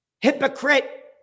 Hypocrite